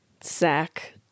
sack